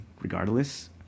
regardless